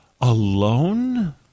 Alone